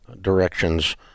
directions